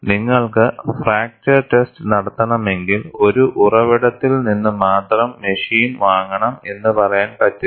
നിങ്ങൾക്ക് fracture test നടത്തണമെങ്കിൽ ഒരു ഉറവിടത്തിൽ നിന്ന് മാത്രം മെഷീൻ വാങ്ങണം എന്നും പറയാൻ പറ്റില്ല